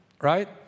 right